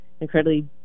incredibly